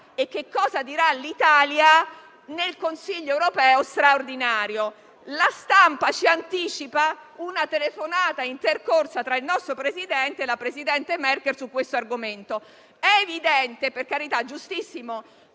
e che cosa dirà l'Italia nel Consiglio europeo straordinario. La stampa ci anticipa una telefonata intercorsa tra il nostro Presidente e la presidente Merkel su questo argomento. Per carità, è giustissimo,